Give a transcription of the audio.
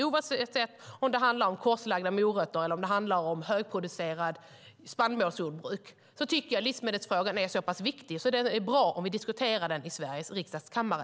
Oavsett om det handlar om korslagda morötter eller högproducerande spannmålsjordbruk tycker jag att livsmedelsfrågan är så pass viktig att det är bra om vi diskuterar den i Sveriges riksdags kammare.